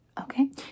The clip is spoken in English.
okay